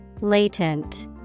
Latent